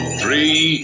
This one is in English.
three